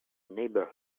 neighbor